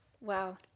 wow